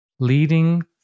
Leading